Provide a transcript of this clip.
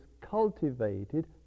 cultivated